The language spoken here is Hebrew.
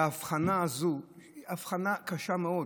והאבחנה הזו היא אבחנה קשה מאוד.